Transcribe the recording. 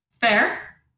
Fair